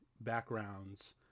backgrounds